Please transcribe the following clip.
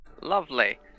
Lovely